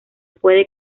puede